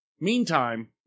Meantime